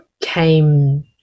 came